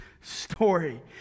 story